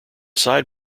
side